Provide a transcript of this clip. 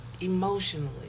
emotionally